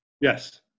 Yes